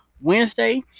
wednesday